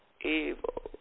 Evil